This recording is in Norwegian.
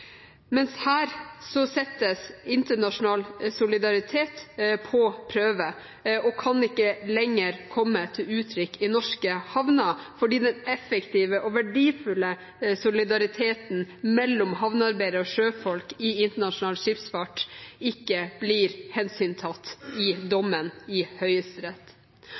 mens her settes internasjonal solidaritet på prøve og kan ikke lenger komme til uttrykk i norske havner fordi den effektive og verdifulle solidariteten mellom havnearbeidere og sjøfolk i internasjonal skipsfart ikke blir hensyntatt i dommen i Høyesterett.